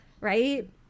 right